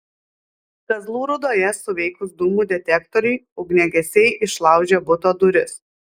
kazlų rūdoje suveikus dūmų detektoriui ugniagesiai išlaužė buto duris